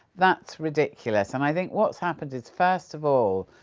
that's ridiculous, and i think what's happened is, first of all,